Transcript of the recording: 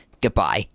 Goodbye